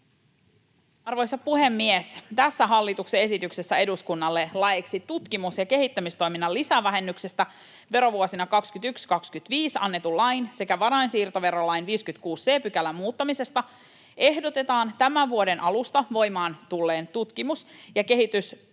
Arvoisa puhemies! Tässä hallituksen esityksessä eduskunnalle laeiksi tutkimus- ja kehittämistoiminnan lisävähennyksestä verovuosina 21—25 annetun lain sekä varainsiirtoverolain 56 c §:n muuttamisesta ehdotetaan tämän vuoden alusta voimaan tulleen tutkimus- ja